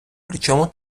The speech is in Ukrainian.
причому